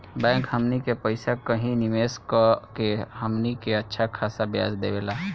bank हमनी के पइसा कही निवेस कऽ के हमनी के अच्छा खासा ब्याज देवेला